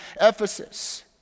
Ephesus